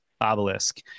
obelisk